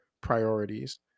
priorities